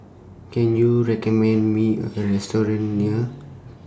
Can YOU recommend Me A Restaurant near